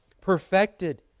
perfected